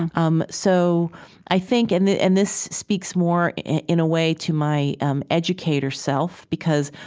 um so i think and and this speaks more in a way to my um educator self because,